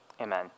Amen